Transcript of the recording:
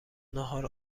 ناهار